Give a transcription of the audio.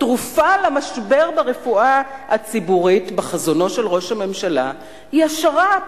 התרופה למשבר ברפואה הציבורית בחזונו של ראש הממשלה היא השר"פ,